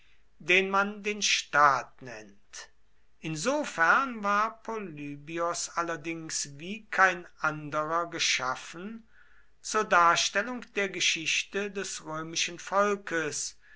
den man den staat nennt insofern war polybios allerdings wie kein anderer geschaffen zur darstellung der geschichte des römischen volkes